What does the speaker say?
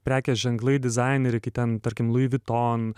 prekės ženklai dizaineriai kaip ten tarkim lui viton